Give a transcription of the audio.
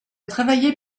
travaillé